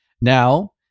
Now